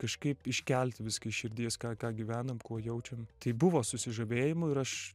kažkaip iškelti viską iš širdies ką ką gyvenam ko jaučiam tai buvo susižavėjimų ir aš